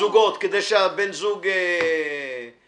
תיגבה עמלת פירעון מוקדם.